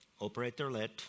operator-led